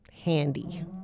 handy